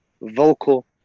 vocal